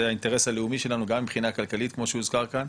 זה האינטרס הלאומי שלנו גם מבחינה כלכלית כמו שהוזכר כאן,